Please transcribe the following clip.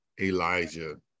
Elijah